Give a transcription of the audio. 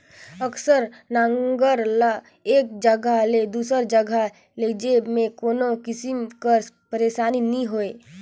अकरस नांगर ल एक जगहा ले दूसर जगहा लेइजे मे कोनो किसिम कर पइरसानी नी होए